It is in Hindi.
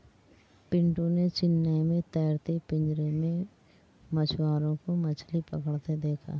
पिंटू ने चेन्नई में तैरते पिंजरे में मछुआरों को मछली पकड़ते देखा